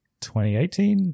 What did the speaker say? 2018